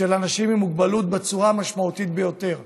של אנשים עם מוגבלות בצורה המשמעותית ביותר,